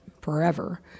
forever